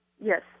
Yes